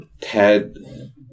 TED